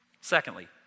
Secondly